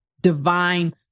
divine